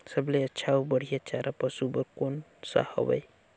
सबले अच्छा अउ बढ़िया चारा पशु बर कोन सा हवय?